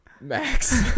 Max